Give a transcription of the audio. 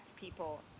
people